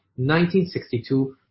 1962